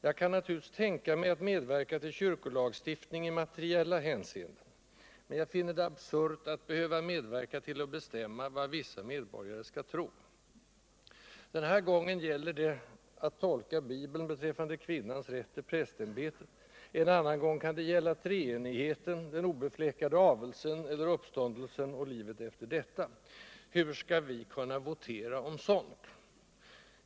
Jag kan naturligtvis tänka mig att medverka till kyrkolagsuftning i materiella hänseenden. men jag finner det absurt att behöva medverka till att bestämma vad vissa medborgare skall tro. Den här gången gäller det att tolka Bibeln beträffande kvinnans rätt till prästämbetet. En annan gång kan det gälla treenigheten, den obefläckade avelsen eller uppståndelsen och livet efter detta. Hur skall vi kunna votera om sådant?